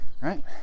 right